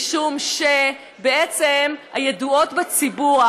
משום שהידועות בציבור,